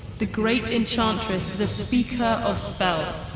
the great enchantress, the speaker of spells.